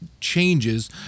changes